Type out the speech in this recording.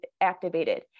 activated